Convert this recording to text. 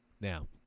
Now